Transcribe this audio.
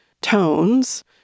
tones